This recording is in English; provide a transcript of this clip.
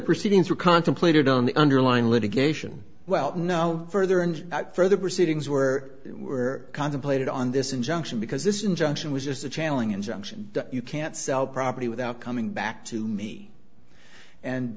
proceedings were contemplated on the underlying litigation well no further and further proceedings were were contemplated on this injunction because this injunction was just a channeling injunction you can't sell property without coming back to me and